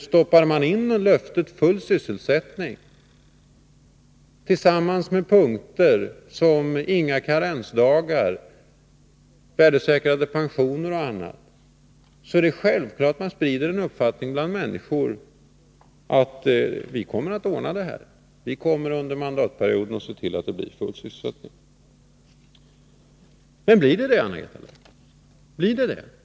Stoppar man in ett löfte om full sysselsättning tillsammans med punkter om slopade karensdagar, värdesäkrade pensioner och annat, sprider man självfallet den uppfattningen bland människor att man kommer att ordna detta och att man alltså under mandatperioden kommer att se till att det blir full sysselsättning. Men blir det det?